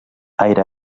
aire